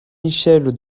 michel